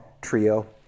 trio